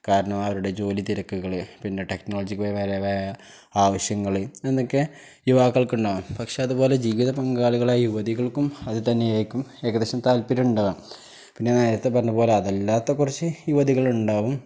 കാരണം അവരുടെ ജോലിത്തിരക്കുകള് പിന്നെ ടെക്നോളജിക്കലി വേറെ ആവശ്യങ്ങള് എന്നൊക്കെ യുവാക്കൾക്കുണ്ടാകും പക്ഷെ അതുപോലെ ജീവിതപങ്കാളികളായ യുവതികൾക്കും അതുതന്നെയായിരിക്കും ഏകദേശം താല്പര്യമുണ്ടാകുക പിന്നെ നേരത്തെ പറഞ്ഞതുപോലെ അതല്ലാത്ത കുറച്ച് യുവതികളുണ്ടാകും